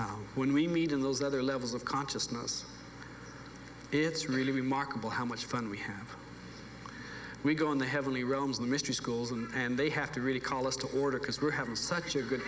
when we meet in those other levels of consciousness it's really remarkable how much fun we have we go on the heavenly realms the mystery schools and they have to really call us to order because we're having such a good